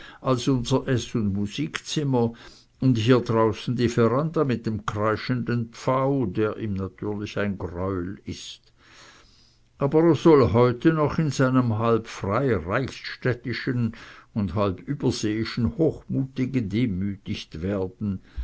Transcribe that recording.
als unser eß und musikzimmer und hier draußen die veranda mit dem kreischenden pfau der ihm natürlich ein greuel ist aber er soll heute noch in seinem halb freireichsstädtischen und halb überseeischen hochmute gedemütigt werden